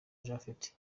japhet